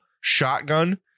shotgun